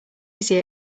easy